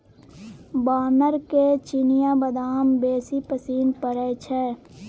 बानरके चिनियाबदाम बेसी पसिन पड़य छै